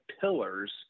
pillars